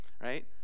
Right